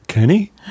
Kenny